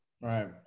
right